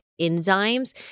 enzymes